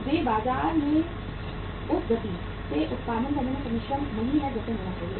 वे बाजार में उस गति से उत्पादन करने में सक्षम नहीं हैं जैसा होना चाहिए था